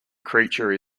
creature